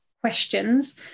questions